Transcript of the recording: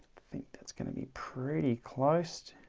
think that's gonna be pretty close